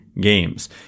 games